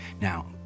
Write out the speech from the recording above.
Now